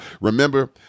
remember